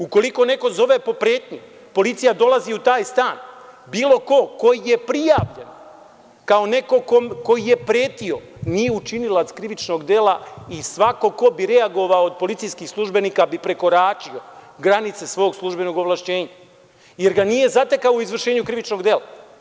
Ukoliko neko zove po pretnji policija dolazi u taj stan, bilo ko je prijavljen kao neko ko je pretio nije učinilac krivičnog dela i svako ko bi reagovao od policijskih službenika bi prekoračio granice svog službenog ovlašćenja jer ga nije zatekao u izvršenju krivičnog dela.